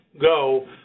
Go